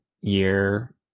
year